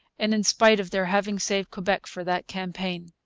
and in spite of their having saved quebec for that campaign.